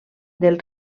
del